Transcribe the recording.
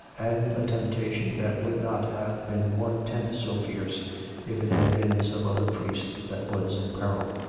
and a temptation that would not have been one-tenth so fierce if it had been some other priest that was in peril.